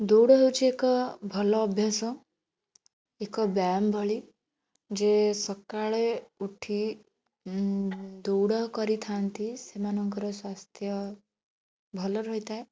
ଦୌଡ଼ ହେଉଛି ଏକ ଭଲ ଅଭ୍ୟାସ ଏକ ବ୍ୟୟାମ ଭଳି ଯେ ସକାଳେ ଉଠି ଦୌଡ଼ କରିଥାନ୍ତି ସେମାନଙ୍କର ସ୍ୱାସ୍ଥ୍ୟ ଭଲ ରହିଥାଏ